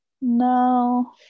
no